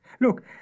Look